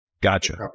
Gotcha